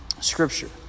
Scripture